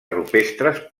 rupestres